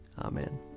Amen